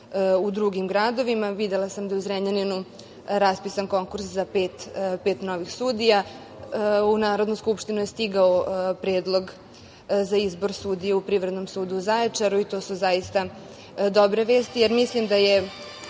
u drugim gradovima. Videla sam da je u Zrenjaninu raspisan konkurs za pet novih sudija.U Narodnu skupštinu je stigao Predlog za izbor sudija u Privrednom sudu u Zaječaru i to su zaista dobre vesti, jer mislim da je